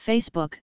Facebook